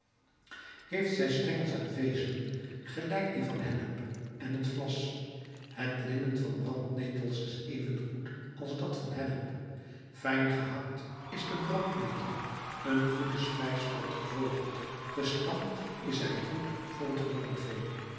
heeft zij stengels en vezelen gelijk die van de hennep en het vlas het linnen van brandnetels is even goed als dat van hennep fijn gehakt is de brandnetel een goede spijs voor het gevogelte gestampt is zij goed voor het hoornvee